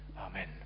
Amen